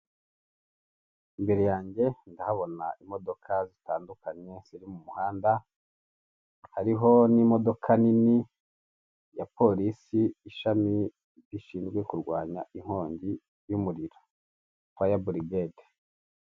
Imbere yanjye ndahabona imodoka zitandukanye ziri mu muhanda, hariho n'imodoka nini ya polisi ishami rishinzwe kurwanya inkongi y'umuriro, faya burigede.